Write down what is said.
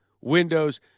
windows